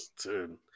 Dude